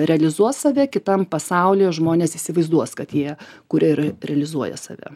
realizuos save kitam pasaulyje žmonės įsivaizduos kad jie kuria ir realizuoja save